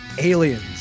Aliens